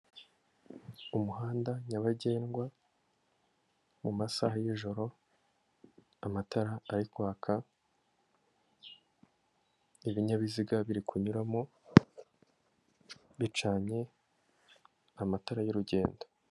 Umuhanda nyabagendwa mu masaha y'ijoro amatara arikwaka, ibinyabiziga biri kunyuramo bicanye amatara y'urugendo.